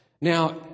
Now